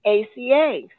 ACA